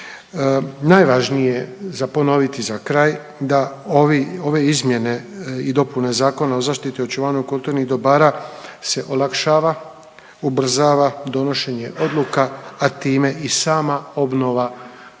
Najvažnije za ponoviti za kraj da ovi, ove izmjene i dopune Zakona o zaštiti i očuvanju kulturnih dobara se olakšava, ubrzava donošenje odluka, a time i sama obnova kulturnih